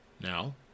Now